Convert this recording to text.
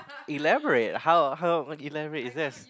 elaborate how how elaborate is there a